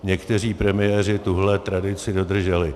Někteří premiéři tuhle tradici dodrželi.